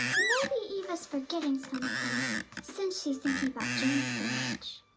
maybe eva's forgetting something since she's thinking about james so much.